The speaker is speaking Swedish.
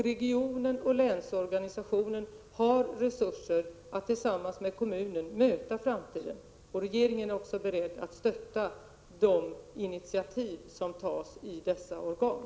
Regionen och länsorganisationen har resurser för att tillsammans med kommunen möta framtiden. Regeringen är också beredd att stötta de initiativ som tas i dessa organ.